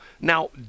now